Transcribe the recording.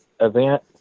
event